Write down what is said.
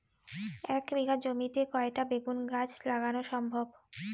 এক বিঘা জমিতে কয়টা বেগুন গাছ লাগানো সম্ভব?